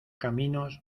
caminos